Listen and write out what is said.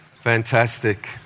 Fantastic